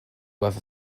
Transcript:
worth